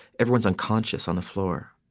everyone's unconscious on the floor.